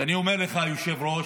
ואני אומר לך, היושב-ראש,